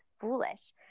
foolish